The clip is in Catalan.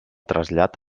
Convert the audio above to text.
trasllat